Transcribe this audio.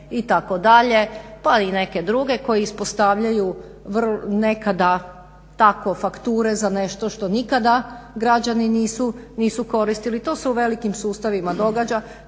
pa i neke druge koji ispostavljaju nekada tako fakture za nešto što nikada građani nisu koristili. To se u velikim sustavima događa,